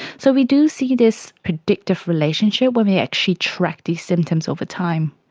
so we do see this predictive relationship when we actually track these symptoms over time.